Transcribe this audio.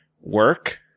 work